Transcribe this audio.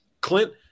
Clint